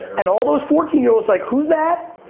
and all those fourteen year olds like, who's that?